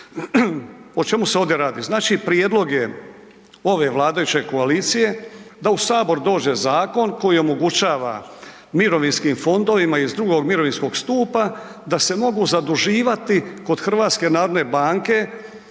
O čemu se ovdje radi? Znači prijedlog je ove vladajuće koalicije da u Sabor dođe zakon koji omogućava mirovinskim fondovima iz II mirovinskog stupa da se mogu zaduživati kod HNB-a čak